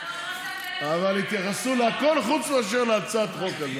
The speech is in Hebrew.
אבל התייחסו לכול חוץ מאשר להצעת החוק הזאת.